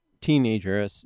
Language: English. teenager